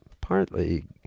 partly